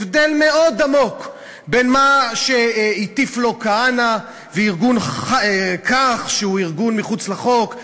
הבדל מאוד עמוק בין מה שהטיף לו כהנא וארגון "כך" שהוא ארגון מחוץ לחוק,